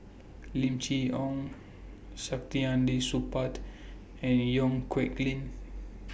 Lim Chee Onn Saktiandi Supaat and Yong Nyuk Lin